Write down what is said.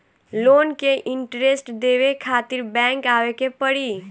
Loan के interest देवे खातिर बैंक आवे के पड़ी?